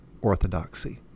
orthodoxy